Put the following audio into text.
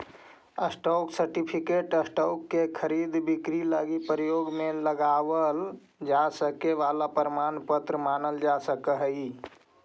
stock certificate stock के खरीद बिक्री लगी प्रयोग में लावल जा सके वाला प्रमाण पत्र मानल जा सकऽ हइ